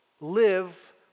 live